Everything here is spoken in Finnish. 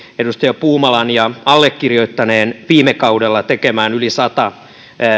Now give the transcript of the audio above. edustaja puumalan ja allekirjoittaneen viime kaudella tekemään yli sata